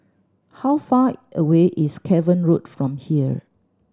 how far away is Cavan Road from here